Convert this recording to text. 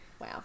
wow